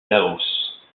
laos